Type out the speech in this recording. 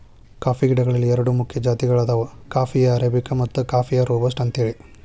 coffee ಗಿಡಗಳಲ್ಲಿ ಎರಡು ಮುಖ್ಯ ಜಾತಿಗಳದಾವ ಕಾಫೇಯ ಅರಾಬಿಕ ಮತ್ತು ಕಾಫೇಯ ರೋಬಸ್ಟ ಅಂತೇಳಿ